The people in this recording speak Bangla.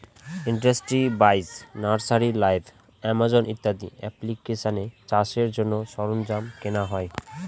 ইন্ডাস্ট্রি বাইশ, নার্সারি লাইভ, আমাজন ইত্যাদি এপ্লিকেশানে চাষের জন্য সরঞ্জাম কেনা হয়